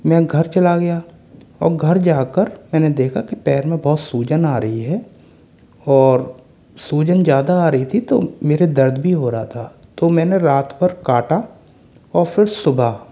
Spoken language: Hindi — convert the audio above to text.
मैं घर चला गया और घर जा कर मैंने देखा के पैर में बहुत सूजन आ रही है और सूजन ज़्यादा आ रही थी तो मेरे दर्द भी हो रहा था तो मैंने रात भर काटा और फिर सुबह